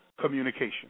communication